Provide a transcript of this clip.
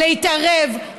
להתערב,